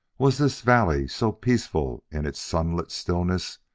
was this valley, so peaceful in its sunlit stillness,